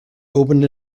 opened